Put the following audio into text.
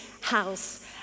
house